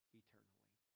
eternally